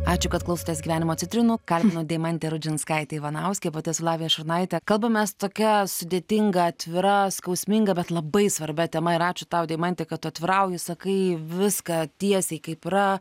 ačiū kad klausotės gyvenimo citrinų kalbinu deimantę rudžinskaitę ivanauskę pati su lavija šurnaitė kalbamės tokia sudėtinga atvira skausminga bet labai svarbia tema ir ačiū tau deimante kad tu atvirauji sakai viską tiesiai kaip yra